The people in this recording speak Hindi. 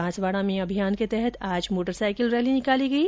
बांसवाडा में अभियान के तहत आज मोटर साइकिल रैली निकाली गई